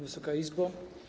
Wysoka Izbo!